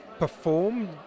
perform